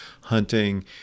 hunting